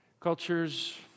Cultures